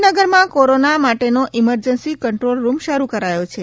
ગાધંનીગરમાં corona માટેનો emergency control room શરૂ કરાથી છે